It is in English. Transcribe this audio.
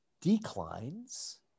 declines